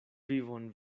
vivon